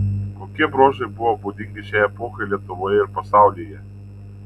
kokie bruožai buvo būdingi šiai epochai lietuvoje ir pasaulyje